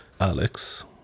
Alex